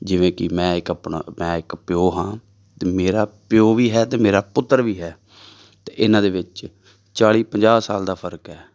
ਜਿਵੇਂ ਕਿ ਮੈਂ ਇੱਕ ਆਪਣਾ ਮੈਂ ਇੱਕ ਪਿਓ ਹਾਂ ਅਤੇ ਮੇਰਾ ਪਿਓ ਵੀ ਹੈ ਅਤੇ ਮੇਰਾ ਪੁੱਤਰ ਵੀ ਹੈ ਅਤੇ ਇਹਨਾਂ ਦੇ ਵਿੱਚ ਚਾਲੀ ਪੰਜਾਹ ਸਾਲ ਦਾ ਫ਼ਰਕ ਹੈ